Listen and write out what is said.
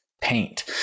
paint